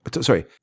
sorry